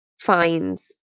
finds